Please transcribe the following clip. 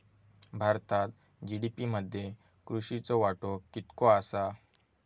भारतात जी.डी.पी मध्ये कृषीचो वाटो कितको आसा?